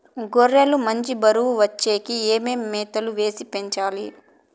గొర్రె లు మంచి బరువు వచ్చేకి ఏమేమి మేత వేసి పెంచాలి?